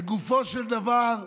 לגופו של דבר,